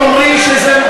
תאמרי שזה,